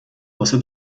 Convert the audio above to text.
واسه